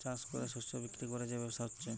চাষ কোরে শস্য বিক্রি কোরে যে ব্যবসা হচ্ছে